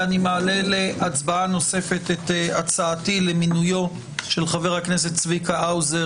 אני מעלה להצבעה את הצעתי למינויו של חבר הכנסת צביקה האוזר